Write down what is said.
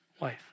wife